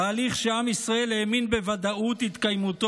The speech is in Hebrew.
תהליך שעם ישראל האמין בוודאות התקיימותו